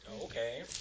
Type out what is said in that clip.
Okay